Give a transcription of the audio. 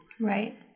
Right